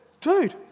dude